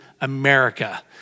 America